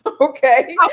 Okay